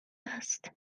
است